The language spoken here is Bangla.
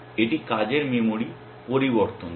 এটি কাজের মেমরি পরিবর্তন করে